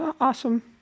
awesome